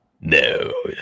No